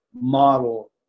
model